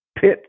pit